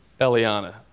Eliana